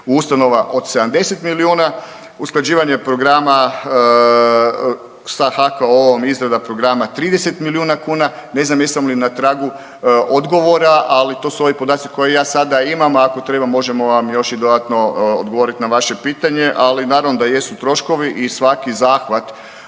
ustanova od 70 milijuna, usklađivanje programa sa …/Govornik se ne razumije/…izrada programa 30 milijuna kuna. Ne znam jesam li na tragu odgovora, ali to su ovi podaci koje ja sada imam, ako treba možemo vam još i dodatno odgovorit na vaše pitanje, ali naravno da jesu troškovi i svaki zahvat